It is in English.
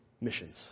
missions